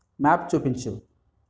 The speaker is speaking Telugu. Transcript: మ్యాప్ చూపించు